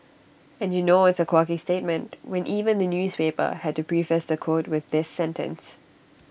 and you know it's A quirky statement when even the newspaper had to preface the quote with this sentence